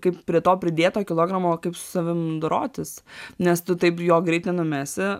kaip prie to pridėto kilogramo kaip su savim dorotis nes tu taip jo greit nenumesi